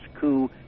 coup